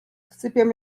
sypiam